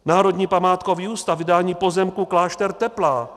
Národní památkový ústav vydání pozemku klášter Teplá.